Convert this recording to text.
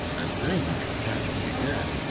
and then you can catch me again,